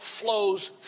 flows